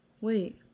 wait